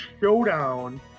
Showdown